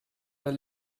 herr